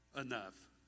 enough